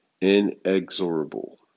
inexorable